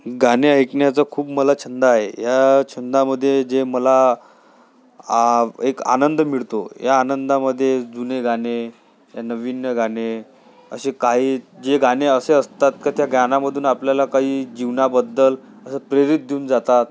गाणे ऐकण्याचा खूप मला छंद आहे या छंदामध्ये जे मला एक आनंद मिळतो या आनंदामध्ये जुने गाणे नवीन गाणे असे काही जे गाणे असे असतात क त्या गाण्यामधून आपल्याला काही जीवनाबद्दल असं प्रेरित देऊन जातात